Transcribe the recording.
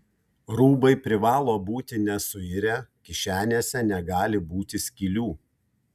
rūbai privalo būti nesuirę kišenėse negali būti skylių